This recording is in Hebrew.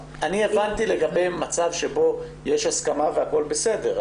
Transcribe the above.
--- הבנתי לגבי מצב שבו יש הסכמה והכול בסדר.